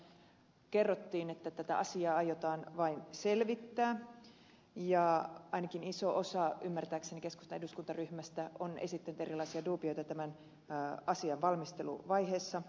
muistaakseni hallitusohjelmassa kerrottiin että tätä asiaa aiotaan vain selvittää ja ymmärtääkseni ainakin iso osa keskustan eduskuntaryhmästä on esittänyt erilaisia dubioita tämän asian valmisteluvaiheessa